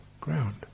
ground